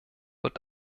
wird